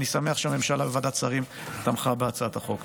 אני שמח שוועדת השרים והממשלה תמכו בהצעת החוק.